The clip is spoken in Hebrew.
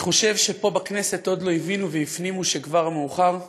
אני חושב שפה בכנסת עוד לא הבינו והפנימו שכבר מאוחר.